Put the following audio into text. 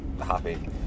happy